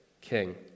king